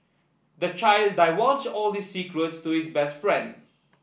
the child divulged all his secrets to his best friend